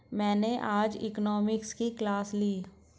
मैंने आज इकोनॉमिक्स की क्लास ली